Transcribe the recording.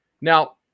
Now